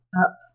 up